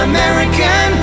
American